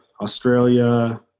Australia